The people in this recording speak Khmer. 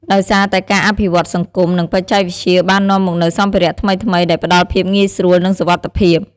ដោយសារតែការអភិវឌ្ឍន៍សង្គម និងបច្ចេកវិទ្យាបាននាំមកនូវសម្ភារៈថ្មីៗ ដែលផ្តល់ភាពងាយស្រួល និងសុវត្ថិភាព។